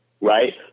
right